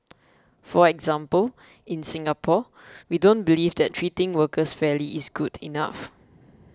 for example in Singapore we don't believe that treating workers fairly is good enough